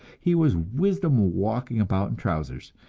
he was wisdom walking about in trousers,